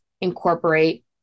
incorporate